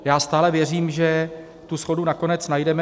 Já stále věřím, že tu shodu nakonec najdeme.